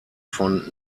von